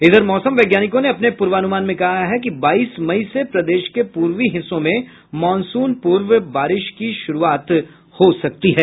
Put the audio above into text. इधर मौसम वैज्ञानिकों ने अपने पूर्वानुमान में कहा है कि बाईस मई से प्रदेश के पूर्वी हिस्सों में मॉनसून पूर्व बारिश की शुरूआत हो सकती है